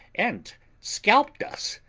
and scalped us.